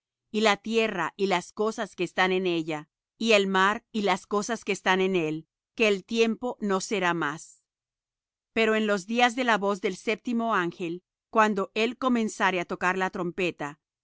y la tierra y las cosas que están en ella y el mar y las cosas que están en él que el tiempo no será más pero en los días de la voz del séptimo ángel cuando él comenzare á tocar la trompeta